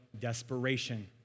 desperation